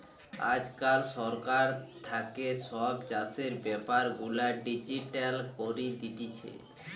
আজকাল সরকার থাকে সব চাষের বেপার গুলা ডিজিটাল করি দিতেছে